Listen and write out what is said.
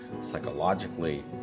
psychologically